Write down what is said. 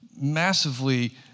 massively